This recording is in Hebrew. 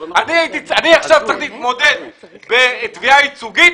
אני עכשיו צריך להתמודד בתביעה ייצוגית